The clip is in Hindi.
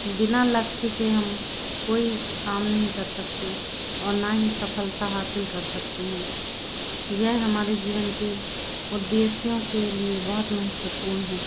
बिना लक्ष्य के हम कोई काम नहीं कर सकते और ना ही सफलता हासिल कर सकते हैं यह हमारे जीवन की उद्देश्यों के लिए बहुत महत्वपूर्ण है